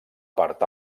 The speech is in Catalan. part